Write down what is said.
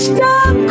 Stop